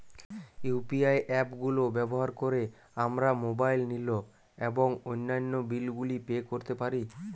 UPI app গুলো ব্যবহার করে আমরা মোবাইল নিল এবং অন্যান্য বিল গুলি পে করতে পারি